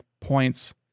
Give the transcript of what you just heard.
points